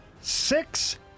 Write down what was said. six